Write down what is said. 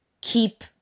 keep